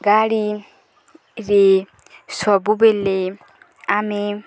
ଗାଡ଼ିରେ ସବୁବେଳେ ଆମେ